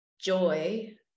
joy